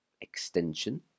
Extension